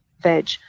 veg